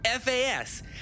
FAS